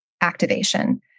activation